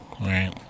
right